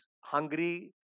hungry